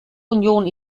union